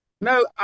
No